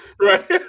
Right